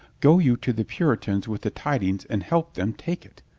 go you to the puri tans with the tidings and help them take it.